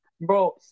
bro